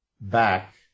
back